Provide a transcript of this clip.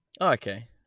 Okay